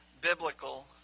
biblical